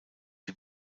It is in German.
die